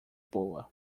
boa